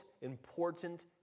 important